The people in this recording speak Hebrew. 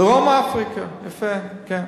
דרום-אפריקה, יפה, כן.